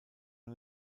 man